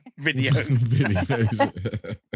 videos